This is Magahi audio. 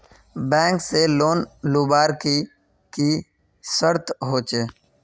बैंक से लोन लुबार की की शर्त होचए?